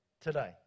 Today